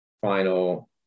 final